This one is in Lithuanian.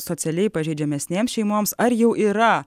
socialiai pažeidžiamesnėms šeimoms ar jau yra